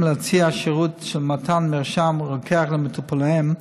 להציע שירות של מתן מרשם רוקח למטופליהם